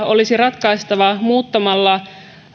olisi ratkaistava muuttamalla